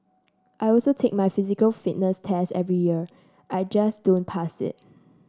I also take my physical fitness test every year I just don't pass it